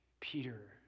Peter